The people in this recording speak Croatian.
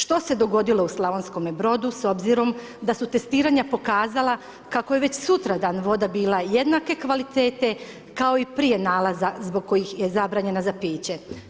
Što se dogodilo u Slavonskome Brodu s obzirom da su testiranja pokazala kako je već sutradan voda bila jednake kvalitete kao i prije nalaza zbog kojih je zabranjena za piće?